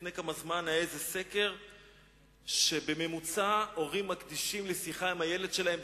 לפני כמה זמן היה איזה סקר שלפיו הורים מקדישים לשיחה עם הילד שלהם,